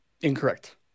Incorrect